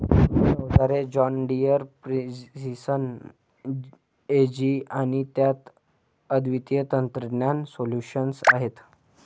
कृषी अवजारे John Deere precision Ag आणि त्यात अद्वितीय तंत्रज्ञान सोल्यूशन्स आहेत